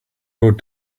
road